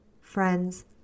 Friends